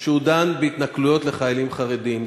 והוא יהיה בהתנכלויות לחיילים חרדים.